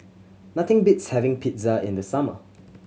nothing beats having Pizza in the summer